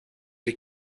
die